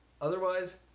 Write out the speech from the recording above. Otherwise